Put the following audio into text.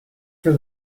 for